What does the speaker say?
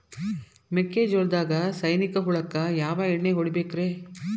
ಮೆಕ್ಕಿಜೋಳದಾಗ ಸೈನಿಕ ಹುಳಕ್ಕ ಯಾವ ಎಣ್ಣಿ ಹೊಡಿಬೇಕ್ರೇ?